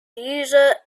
user